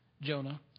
Jonah